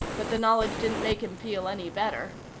but the knowledge didn't make him feel any better.